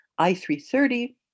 I330